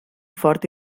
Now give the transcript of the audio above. fort